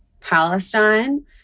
Palestine